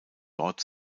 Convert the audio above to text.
dort